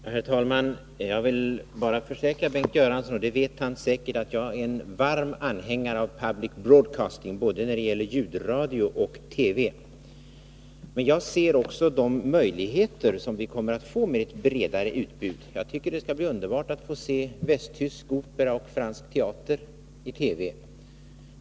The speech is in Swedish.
Herr talman! Jag vill försäkra Bengt Göransson — och det vet han säkert — att jag är en varm anhängare av public broadcasting när det gäller både ljudradio och TV. Jag uppskattar också de möjligheter som vi kommer att få med ett bredare utbud. Det skall bli underbart att kunna se västtysk opera och fransk teater i TV.